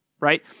right